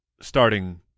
starting